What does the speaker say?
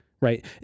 right